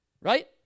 Right